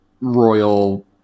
royal